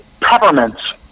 peppermints